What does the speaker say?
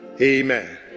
Amen